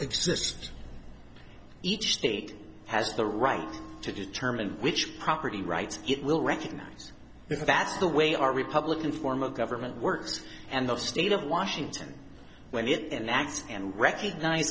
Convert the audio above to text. exist each state has the right to determine which property rights it will recognize if that's the way our republican form of government works and the state of washington when it enacts and recognize